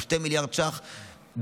היא 2 מיליארד ש"ח דו-שנתי,